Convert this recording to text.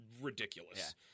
ridiculous